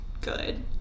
good